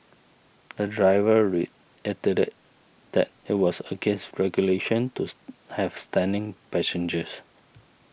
the driver reiterated that it was against regulations to have standing passengers